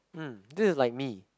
hmm this is like me